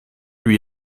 lui